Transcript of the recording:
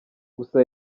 gusa